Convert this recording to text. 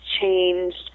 changed